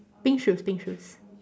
pink shoes pink shoes